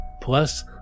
Plus